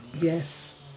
Yes